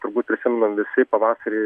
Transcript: turbūt prisimenam visi pavasarį